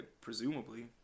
presumably